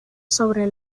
sobre